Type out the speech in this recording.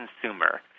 consumer